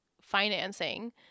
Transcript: financing